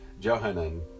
Johanan